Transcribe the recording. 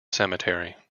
cemetery